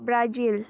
Brazil